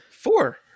Four